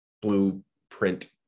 blueprint